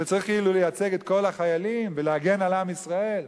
שצריכה כאילו לייצג את כל החיילים ולהגן על עם ישראל,